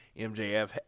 MJF